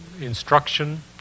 instruction